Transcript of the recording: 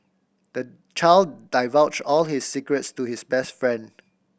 the child divulged all his secrets to his best friend